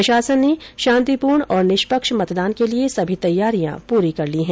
प्रशासन ने शान्तिपूर्ण और निष्पक्ष मतदान के लिए सभी तैयारियां पूरी कर ली हैं